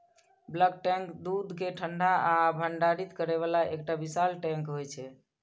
bulk tank दूध कें ठंडा आ भंडारित करै बला एकटा विशाल टैंक होइ छै